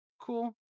cool